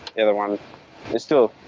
the other one is still